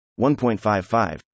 1.55